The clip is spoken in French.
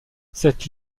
cette